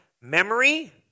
Memory